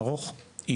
קודם כל,